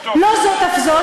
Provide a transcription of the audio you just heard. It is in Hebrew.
לא זאת אף זאת,